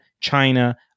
China